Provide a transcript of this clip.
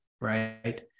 right